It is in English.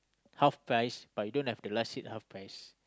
half price but you don't have the last seat half price